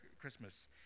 Christmas